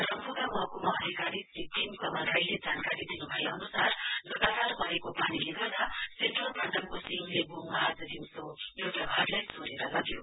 रम्फूका महकुमा अधिकारी श्री प्रेम कमल राईले जानकारी दिनुभए अनुसार लगातार परेको पानीले गर्दा सेन्ट्रल पाण्डमको सिङले बोङमा आज दिउँसो एउटा घरलाई सोह्रेर लग्यो